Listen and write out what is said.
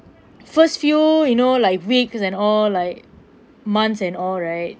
first few you know like weeks and all like months and all right